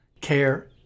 care